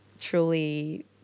truly